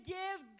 give